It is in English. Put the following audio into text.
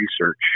research